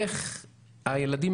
איך נכניס את הילדים